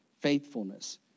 faithfulness